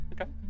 Okay